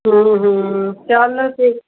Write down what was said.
ਹਾਂ ਹਾਂ ਚੱਲ ਫਿਰ